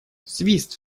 свист